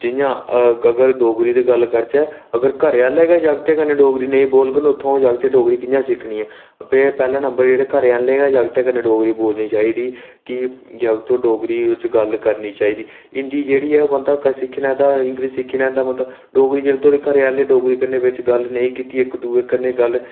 जियां अगर डोगरी दी गल्ल करचै अगर घरै आह्ले गै जगतें कन्नै डोगरी नेईं बोलङन ते उत्तां जागतें डोगरी कुत्थुआं सिक्खनी ऐ पैह्ले नंबर दे घरै आह्लें गै जागतें कन्नै डोगरी बोलना चाहिदी कि जगतो डोगरी बिच गल्ल करनी चाहिदी हिंदी जेह्ड़ी ऐ सिक्खी लैंदा इंगलिश जेह्ड़ी ऐ सिक्खी लैंदा बंदा डोगरी जेह्ड़ी ऐ जिन्ने तगर घरै आह्लें डोगरी बिच गल्ल नेईं कीती ऐ इक्क दूऐ कन्नै गल्ल